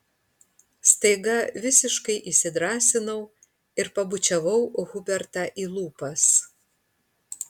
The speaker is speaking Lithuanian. staiga visiškai įsidrąsinau ir pabučiavau hubertą į lūpas